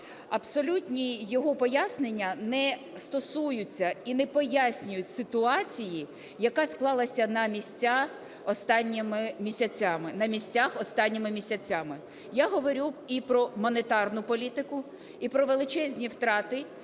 Абсолютно його пояснення не стосуються і не пояснюють ситуації, яка склалася на місцях останніми місяцями. Я говорю і про монетарну політику, і про величезні втрати,